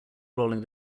rolling